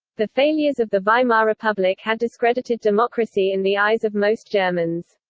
the failures of the weimar republic had discredited democracy in the eyes of most germans.